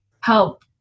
help